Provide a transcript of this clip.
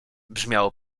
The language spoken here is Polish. brzmiało